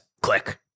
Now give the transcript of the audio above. Click